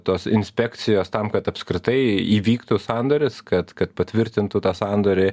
tos inspekcijos tam kad apskritai įvyktų sandoris kad kad patvirtintų tą sandorį